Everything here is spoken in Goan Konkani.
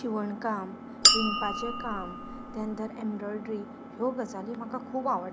शिवण काम विणपाचें काम ते नंतर एम्ब्रॉयडरी ह्यो गजाली म्हाका खूब आवडटा